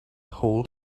hole